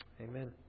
Amen